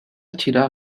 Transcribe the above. tirar